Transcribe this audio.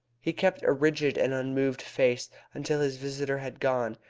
he kept a rigid and unmoved face until his visitor had gone,